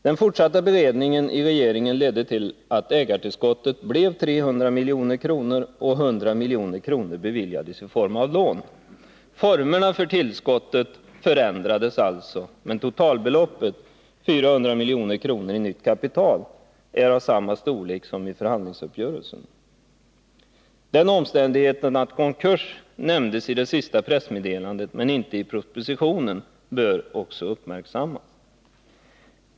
Den fortsatta beredningen regeringen ledde till att ägartillskottet blev 300 milj.kr. och att 100 milj.kr. beviljades i form av lån. Formerna för tillskottet förändrades alltså, men totalbeloppet — 400 milj.kr. i nytt kapital — är av samma storlek som beloppet i förhandlingsuppgörelsen. Den omständigheten att konkurs nämndes i det senare pressmeddelandet men inte i propositionen bör också uppmärksammas.